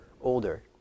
older